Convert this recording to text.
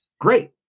Great